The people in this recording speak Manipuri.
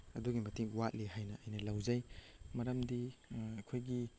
ꯑꯗꯨꯛꯀꯤ ꯃꯇꯤꯛ ꯋꯥꯠꯂꯤ ꯍꯥꯏꯅ ꯑꯩꯅ ꯂꯧꯖꯩ ꯃꯔꯝꯗꯤ ꯑꯩꯈꯣꯏꯒꯤ